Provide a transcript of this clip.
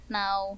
now